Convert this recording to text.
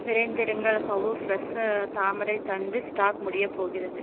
விரைந்திடுங்கள் how fresh தாமரைத் தண்டு ஸ்டாக் முடியப் போகிறது